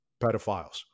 Pedophiles